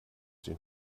den